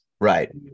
right